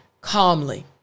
calmly